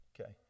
Okay